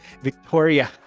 Victoria